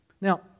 Now